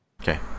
Okay